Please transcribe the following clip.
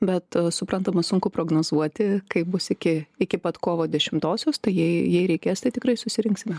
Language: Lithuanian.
bet suprantama sunku prognozuoti kaip bus iki iki pat kovo dešimtosios tai jei jei reikės tai tikrai susirinksime